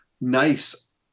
nice